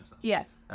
yes